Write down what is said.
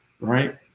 Right